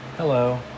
Hello